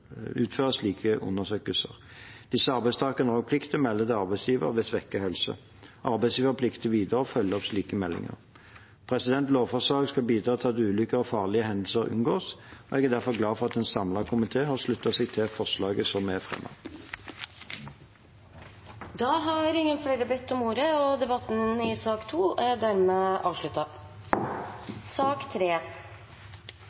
slike undersøkelser. Disse arbeidstakerne har også plikt til å melde til arbeidsgiver ved svekket helse. Arbeidsgiver plikter videre å følge opp slike meldinger. Lovforslaget skal bidra til at ulykker og farlige hendelser unngås, og jeg er derfor glad for at en samlet komité har sluttet seg til forslaget som er fremmet. Flere har ikke bedt om ordet til sak nr. 2. Etter ønske fra helse- og